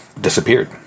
disappeared